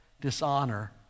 dishonor